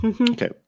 Okay